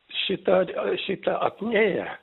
šitą šitą apnėją